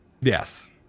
Yes